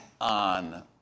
on